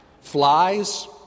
Flies